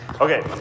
Okay